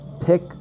Pick